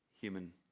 human